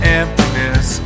emptiness